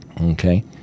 Okay